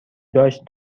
داشت